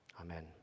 Amen